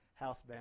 Housebound